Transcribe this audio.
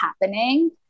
happening